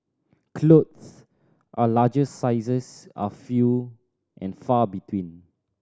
clothes are larger sizes are few and far between